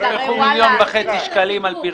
--- מיליון וחצי שקלים על פרסום.